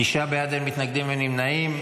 תשעה בעד, אין מתנגדים, אין נמנעים.